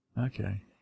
Okay